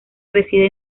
reside